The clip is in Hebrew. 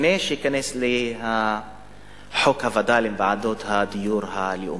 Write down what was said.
לפני שייכנס חוק הווד”לים, ועדות הדיור הלאומי.